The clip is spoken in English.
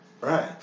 Right